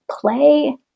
play